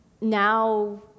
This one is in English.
now